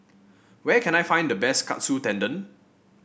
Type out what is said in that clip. where can I find the best Katsu Tendon